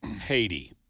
Haiti